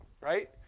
right